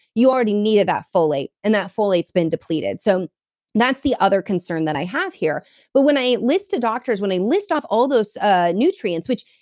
you already needed that folate, and that folate's been depleted. so that's the other concern that i have here but when i list to doctors, when i list off all those ah nutrients, which,